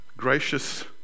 gracious